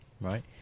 Right